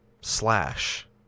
Slash